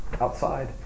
outside